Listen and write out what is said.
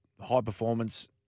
high-performance